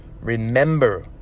remember